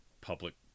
public